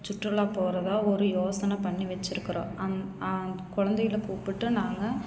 சுற்றுலா போறதாக ஒரு யோசனை பண்ணி வச்சிருக்குறோம் அந் குழந்தைகள கூப்பிட்டு நாங்கள்